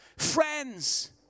friends